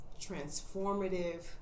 transformative